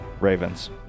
Ravens